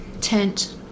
tent